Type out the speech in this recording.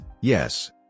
Yes